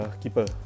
keeper